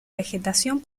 vegetación